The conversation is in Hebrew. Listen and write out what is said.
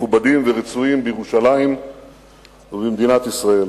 מכובדים ורצויים בירושלים ובמדינת ישראל.